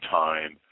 time